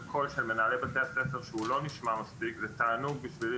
קול של מנהלי בתי הספר שהוא לא נשמע מספיק וטענו בשבילי